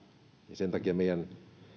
ja sen takia meidän